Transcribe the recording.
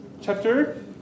Chapter